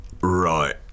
Right